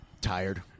Tired